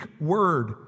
word